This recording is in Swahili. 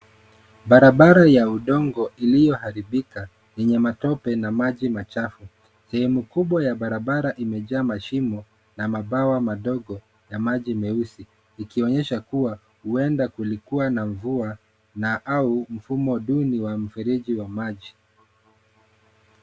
Barabara ya udongo iliyoharibika yenye matope na maji machafu. Sehemu kubwa ya barabara imejaa mashimo na mabawa madogo ya maji meusi, ikionyesha kuwa huenda kulikua na mvua na au mfumo duni wa mfereji wa maji.